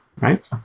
right